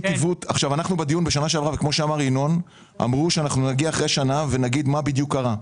בדיון בשנה שעברה אמרו שנגיע אחרי שנה ונגיד מה בדיוק קרה.